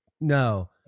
no